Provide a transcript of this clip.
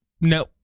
No